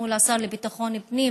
מול השר לביטחון פנים